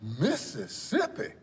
Mississippi